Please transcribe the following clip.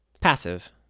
passive